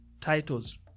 titles